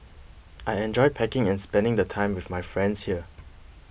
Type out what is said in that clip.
I enjoy packing and spending the time with my friends here